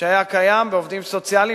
שהיה קיים בעובדים סוציאליים,